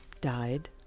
died